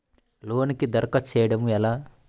లోనుకి దరఖాస్తు చేయడము ఎలా?